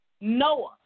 Noah